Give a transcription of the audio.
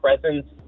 presence